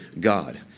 God